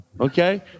okay